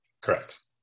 correct